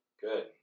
good